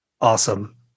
Awesome